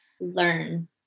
learn